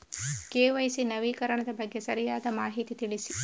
KYC ನವೀಕರಣದ ಬಗ್ಗೆ ಸರಿಯಾದ ಮಾಹಿತಿ ತಿಳಿಸಿ?